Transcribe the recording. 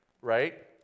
right